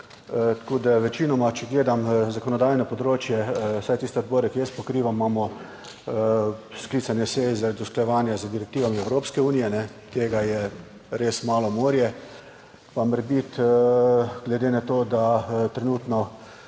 Tako, da večinoma, če gledam zakonodajno področje, vsaj tiste odbore, ki jaz pokrivam, imamo sklicane seje zaradi usklajevanja z direktivami Evropske unije, tega je res malo morje, pa morebiti glede na to, da trenutno